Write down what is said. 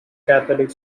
catholic